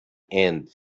end